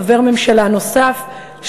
חבר ממשלה נוסף,